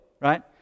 right